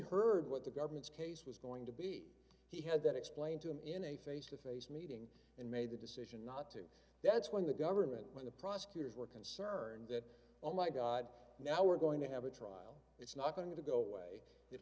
heard what the government's case was going to be he had that explained to him in a face to face meeting and made the decision to that's when the government when the prosecutors were concerned that oh my god now we're going to have a trial it's not going to go away it